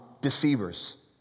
deceivers